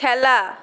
খেলা